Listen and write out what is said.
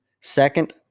Second